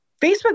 facebook